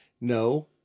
No